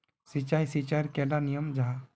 सिंचाई सिंचाईर कैडा नियम जाहा?